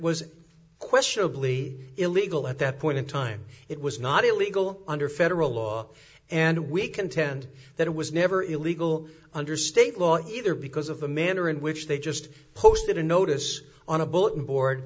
questionably illegal at that point in time it was not illegal under federal law and we contend that it was never illegal under state law either because of the manner in which they just posted a notice on a bulletin board